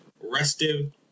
restive